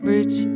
Rich